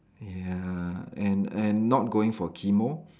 ya and and not going for chemo